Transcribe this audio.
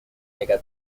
mega